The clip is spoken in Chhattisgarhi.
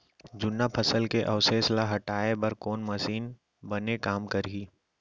जुन्ना फसल के अवशेष ला हटाए बर कोन मशीन बने काम करही?